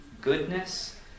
goodness